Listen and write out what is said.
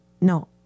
No